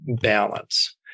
balance